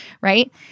right